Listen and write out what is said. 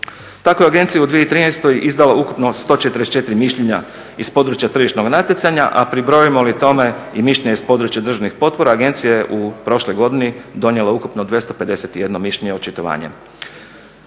Tako je agencija u 2013. izdala ukupno 144 mišljenja iz područja tržišnog natjecanja, a pribrojimo li tome i mišljenje iz područja državnih potpora agencije prošloj godini donijela je ukupno 251 mišljenje i očitovanje.